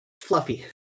Fluffy